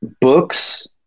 books